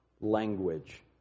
language